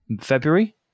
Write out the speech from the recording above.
February